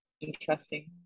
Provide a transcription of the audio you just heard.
interesting